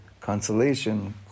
consolation